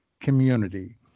Community